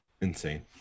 Insane